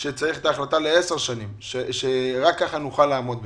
שצריך את ההחלטה ל-10 שנים ורק כך הם יוכלו לעמוד בזה.